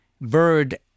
bird